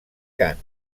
cant